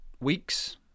weeks